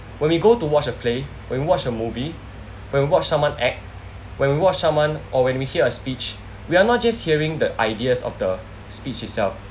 when we go to watch a play when we watch a movie when we watch someone act when we watch someone or when we hear a speech we are not just hearing the ideas of the speech itself